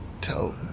tell